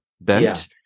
bent